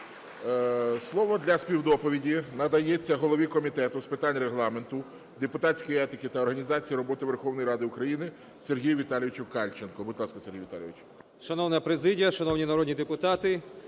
Слово для співдоповіді надається голові Комітету з питань Регламенту, депутатської етики та організації роботи Верховної Ради України Сергію Віталійовичу Кальченку. Будь ласка, Сергій Віталійович. 11:56:09 КАЛЬЧЕНКО С.В. Шановна президія, шановні народні депутати,